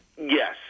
yes